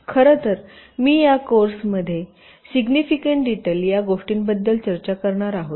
खरं तर मी या कोर्समध्ये मी सिग्निफिकन्ट डिटेल या गोष्टींबद्दल चर्चा करणार आहोत